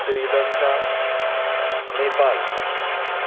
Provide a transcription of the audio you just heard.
Sri Lanka Nepal